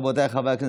רבותיי חברי הכנסת,